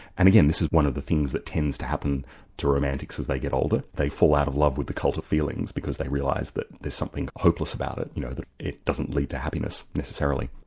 and again, this is one of the things that tends to happen to romantics as they get older, they fall out of love with the cult of feelings, because they realise that there's something hopeless about it, you know, that it doesn't lead to happiness necessarily.